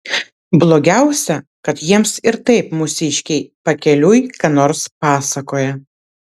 blogiausia kad jiems ir taip mūsiškiai pakeliui ką nors pasakoja